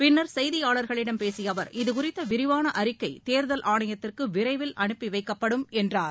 பின்னர் செய்தியாளர்களிடம் பேசிய அவர் இதுகுறித்த விரிவான அறிக்கை தேர்தல் ஆணையத்திற்கு விரைவில் அப்பி வைக்கப்படும் என்றார்